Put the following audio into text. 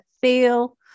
feel